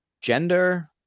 gender